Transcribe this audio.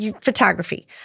Photography